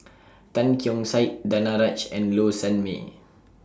Tan Keong Saik Danaraj and Low Sanmay